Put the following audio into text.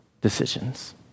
decisions